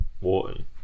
Wharton